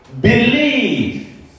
believe